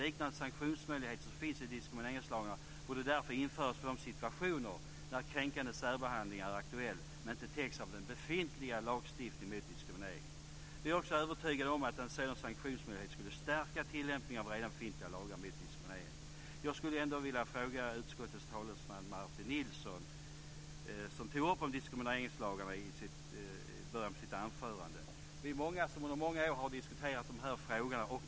Liknande sanktionsmöjligheter som finns i diskrimineringslagarna borde därför införas för de situationer när kränkande särbehandling är aktuell men inte täcks av den befintliga lagstiftningen mot diskriminering. Jag är också övertygad om att en sådan sanktionsmöjlighet skulle stärka tillämpningen av redan befintliga lagar mot diskriminering. Utskottets talesman Martin Nilsson tog upp frågan om diskrimineringslagarna i början av sitt anförande. Vi är många som under flera år har diskuterat frågan.